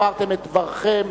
אמרתם את דברכם.